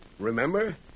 Remember